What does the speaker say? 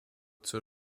zur